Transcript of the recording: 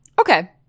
Okay